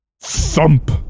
Thump